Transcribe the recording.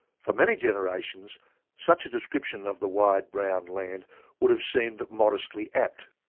for many generations such a description of the wide brown land would have seemed modestly apt.